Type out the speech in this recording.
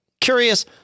curious